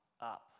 up